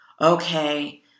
okay